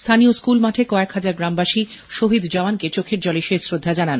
স্হানীয় স্কুল মাঠে কয়েক হাজার গ্রামবাসী শহীদ জওয়ানকে চোখের জলে শেষ শ্রদ্ধা জানায়